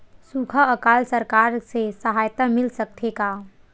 सुखा अकाल सरकार से सहायता मिल सकथे का?